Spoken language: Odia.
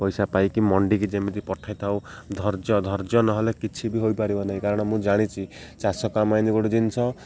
ପଇସା ପାଇକି ମଣ୍ଡିକି ଯେମିତି ପଠେଇଥାଉ ଧୈର୍ଯ୍ୟ ଧର୍ଯ୍ୟ ନହେଲେ କିଛି ବି ହୋଇପାରିବ ନାହିଁ କାରଣ ମୁଁ ଜାଣିଛି ଚାଷ କାମ ଏମିତି ଗୋଟେ ଜିନିଷ